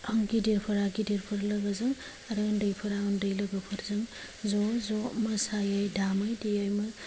आं गिदिरफोरा गिदिरफोर लोगोजों आरो उन्दैफोरा उन्दै लोगोजों ज' ज' मोसायै दामै देमो